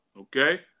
okay